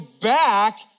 back